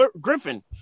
Griffin